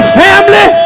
family